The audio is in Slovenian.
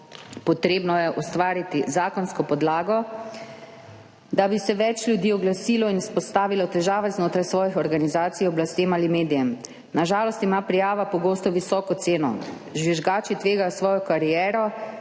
Potrebno je ustvariti zakonsko podlago, da bi se več ljudi oglasilo in izpostavilo težave znotraj svojih organizacij oblastem ali medijem. Na žalost ima prijava pogosto visoko ceno. Žvižgači tvegajo svojo kariero,